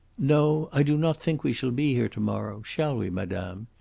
no, i do not think we shall be here, to-morrow, shall we, madame?